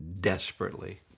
desperately